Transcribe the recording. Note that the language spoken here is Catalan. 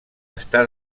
està